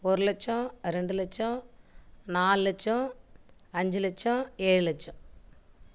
ஒரு லட்சம் ரெண்டு லட்சம் நாலு லட்சம் அஞ்சி லட்சம் ஏழு லட்சம்